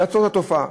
לעצור את התופעה.